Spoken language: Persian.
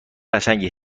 قشنگی